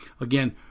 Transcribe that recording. again